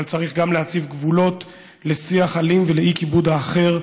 אבל צריך גם להציב גבולות לשיח אלים ולאי-כיבוד האחר.